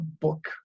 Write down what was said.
book